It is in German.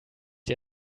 ihr